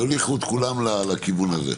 יוליכו את כולם לכיוון הזה.